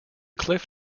cliff